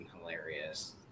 hilarious